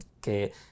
que